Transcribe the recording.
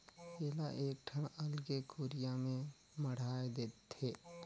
एला एकठन अलगे कुरिया में मढ़ाए देथे